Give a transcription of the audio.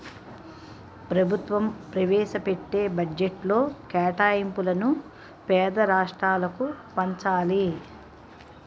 ప్రభుత్వం ప్రవేశపెట్టే బడ్జెట్లో కేటాయింపులను పేద రాష్ట్రాలకు పంచాలి